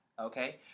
Okay